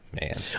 man